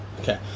Okay